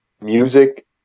music